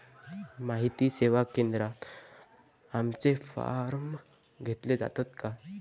माहिती सेवा केंद्रात आमचे फॉर्म घेतले जातात काय?